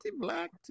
black